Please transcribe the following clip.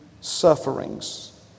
sufferings